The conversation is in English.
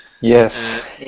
yes